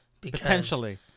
Potentially